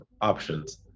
options